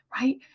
right